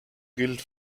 gilt